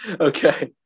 okay